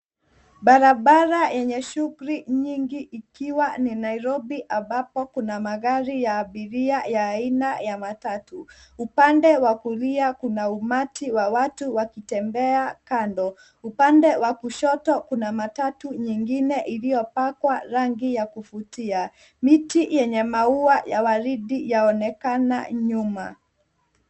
Barabara yenye shughuli nyingi ikiwa ni Nairobi ambapo kuna magari ya abiria ya aina ya matatu. Upande wa kulia kuna umati wa watu wakitembea kando. Upande wa kushoto kuna matatu nyingine iliyopakwa rangi ya kuvutia. Miti yenye maua ya waridi yaonekana nyuma.